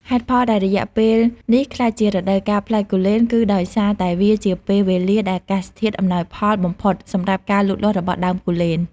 ហេតុផលដែលរយៈពេលនេះក្លាយជារដូវកាលផ្លែគូលែនគឺដោយសារតែវាជា ពេលវេលាដែលអាកាសធាតុអំណោយផលបំផុត សម្រាប់ការលូតលាស់របស់ដើមគូលែន។